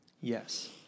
Yes